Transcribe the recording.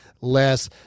less